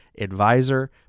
advisor